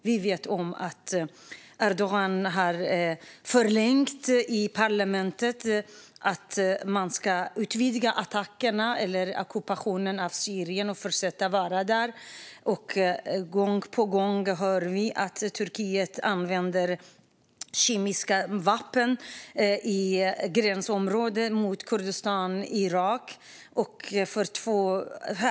Vi vet att Erdogan i parlamentet har fått igenom att man ska utvidga attackerna eller ockupationen av Syrien och fortsätta att vara där. Gång på gång hör vi att Turkiet använder kemiska vapen i gränsområdena mot Kurdistan och Irak.